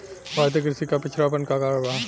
भारतीय कृषि क पिछड़ापन क कारण का ह?